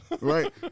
Right